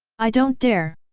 i don't dare!